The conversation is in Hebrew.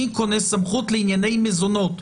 אני קונה סמכות לענייני מזונות,